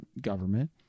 government